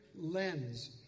lens